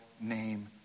name